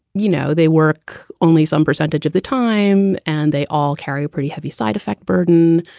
you know, they work only some percentage of the time and they all carry a pretty heavy side effect burden.